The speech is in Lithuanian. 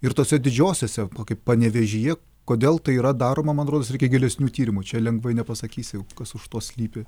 ir tose didžiosiose kaip panevėžyje kodėl tai yra daroma man rodos reikia gilesnių tyrimų čia lengvai nepasakysi jau kas už to slypi